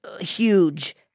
huge